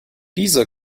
diese